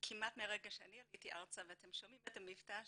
כמעט מהרגע שאני עליתי ארצה ואתם שומעים את המבטא שלי,